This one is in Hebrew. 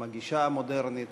עם הגישה המודרנית.